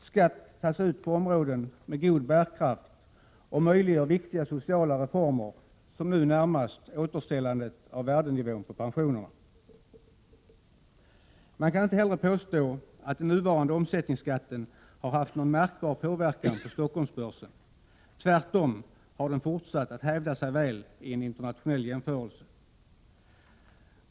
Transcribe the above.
Skatt tas ut på områden med god bärkraft och möjliggör viktiga sociala reformer, som nu närmast återställandet av värdenivån på pensionerna. Man kan inte heller påstå att den nuvarande omsättningsskatten har haft någon märkbar påverkan på Stockholmsbörsen. Tvärtom har den fortsatt att hävda sig väl i en internationell jämförelse.